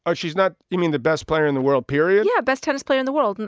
but she's not you mean the best player in the world, period? yeah. best tennis player in the world. and